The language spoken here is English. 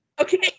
Okay